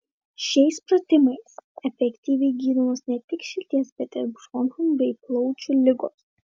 šiais pratimais efektyviai gydomos ne tik širdies bet ir bronchų bei plaučių ligos